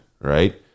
right